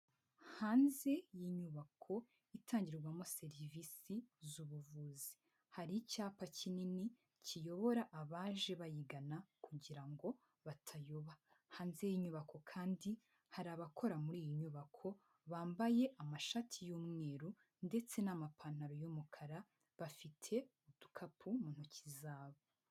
Hanze y'inyubako itangirwamo serivisi z'ubuvuzi, hari icyapa kinini kiyobora abaje bayigana kugira ngo batayoba. Hanze y'inyubako kandi hari abakora muri iyi nyubako bambaye amashati y'umweru ndetse n'amapantaro y'umukara, bafite udukapu mu ntoki zabo.